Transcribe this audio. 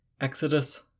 Exodus